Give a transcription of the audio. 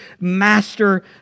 master